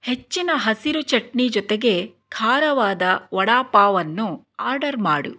ಹೆಚ್ಚಿನ ಹಸಿರು ಚಟ್ನಿ ಜೊತೆಗೆ ಖಾರವಾದ ವಡಾಪಾವ್ ಅನ್ನು ಆರ್ಡರ್ ಮಾಡು